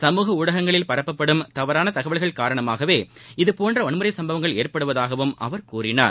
சமூக ஊடகங்களில் பரப்பப்படும் தவறாள தகவல்கள் காரணமாகவே இதபோன்ற வன்முறை சம்பவங்கள் ஏற்படுவதாகவும் அவர் கூறினார்